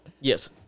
Yes